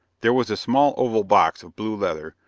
there was a small oval box, of blue leather,